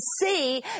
see